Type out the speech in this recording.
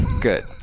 Good